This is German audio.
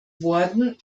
worden